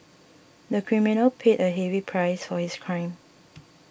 the criminal paid a heavy price for his crime